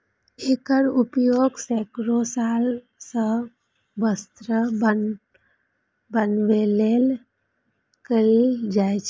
एकर उपयोग सैकड़ो साल सं वस्त्र बनबै लेल कैल जाए छै